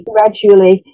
Gradually